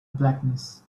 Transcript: blackness